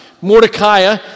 Mordecai